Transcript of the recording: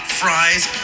fries